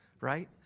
right